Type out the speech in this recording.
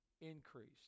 increased